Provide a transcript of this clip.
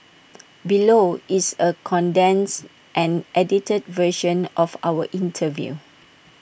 below is A condensed and edited version of our interview